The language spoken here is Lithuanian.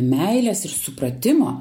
meilės ir supratimo